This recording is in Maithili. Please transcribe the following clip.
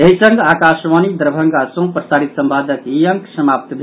एहि संग आकाशवाणी दरभंगा सँ प्रसारित संवादक ई अंक समाप्त भेल